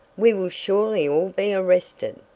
we will surely all be arrested!